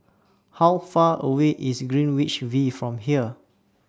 How Far away IS Greenwich V from here